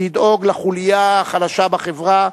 לדאוג לחוליה החלשה בחברה,